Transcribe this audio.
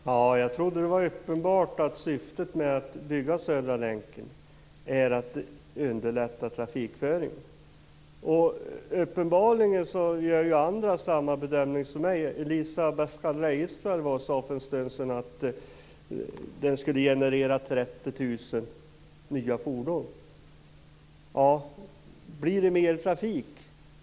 Herr talman! Jag trodde att det var uppenbart att syftet med att bygga Södra länken var att underlätta trafikföringen. Uppenbarligen gör ju andra samma bedömning som jag. Elisa Abascal Reyes sade för en stund sedan att Södra länken skulle generera 30 000 nya fordon. Blir det mer trafik?